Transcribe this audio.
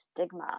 stigma